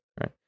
right